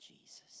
Jesus